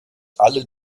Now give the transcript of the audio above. alle